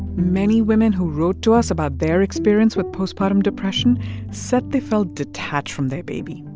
many women who wrote to us about their experience with postpartum depression said they felt detached from their baby,